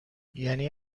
یعنی